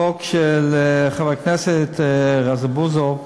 החוק של חבר הכנסת רזבוזוב,